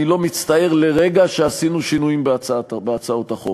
אני לא מצטער לרגע שעשינו שינויים בהצעות החוק,